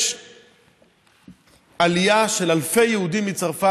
יש עלייה של אלפי יהודים עולים מצרפת,